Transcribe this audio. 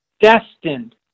destined